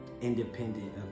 independent